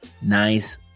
nice